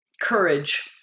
courage